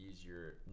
easier